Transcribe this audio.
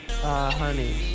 honey